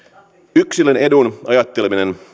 yksilön edun ajatteleminen